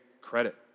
credit